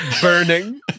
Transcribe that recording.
burning